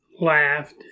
laughed